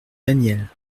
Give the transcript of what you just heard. daniel